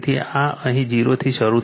તેથી આ અહીં 0 થી શરૂ થાય છે